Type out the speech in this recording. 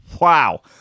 wow